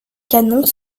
canons